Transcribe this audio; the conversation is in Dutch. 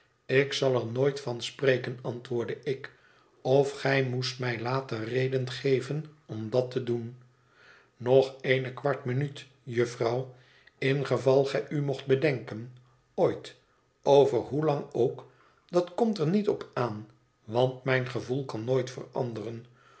ik zal er nooit van spreken antwoordde ik of gij moest mij later reden geven om dat te doen nog eene kwart minuut jufvrouw in geval gij u mocht bedenken ooit over hoelang ook dat komt er niet op aan want mijn gevoel kan nooit veranderen